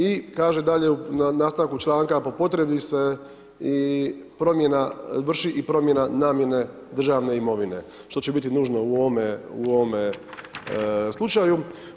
I kaže dalje na nastavku članka po potrebi se i promjena vrši, i promjena namjene državne imovine, što će biti nužno u ovome slučaju.